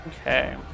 Okay